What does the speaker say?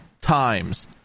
times